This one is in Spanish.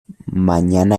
mañana